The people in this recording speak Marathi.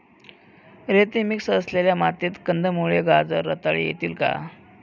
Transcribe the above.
रेती मिक्स असलेल्या मातीत कंदमुळे, गाजर रताळी होतील का?